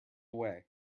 way